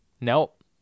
Nope